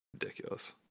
Ridiculous